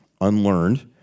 unlearned